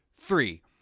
Three